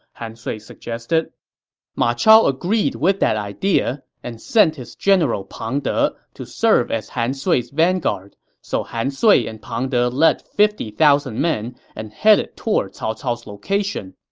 han sui suggested ma chao agreed with that idea and sent his general pang de to serve as han sui's vanguard. so han sui and pang de led fifty thousand men and headed toward cao cao's location.